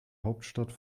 hauptstadt